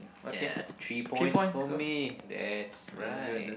yeah three points for me that's right